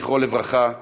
זכרו לברכה,